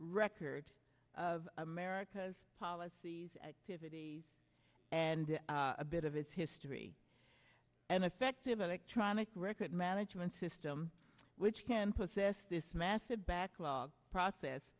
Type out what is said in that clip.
record of america's policies activities and a bit of its history an effective electronic record management system which can possess this massive backlog process